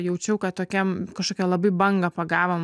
jaučiau kad tokiam kažkokią labai bangą pagavom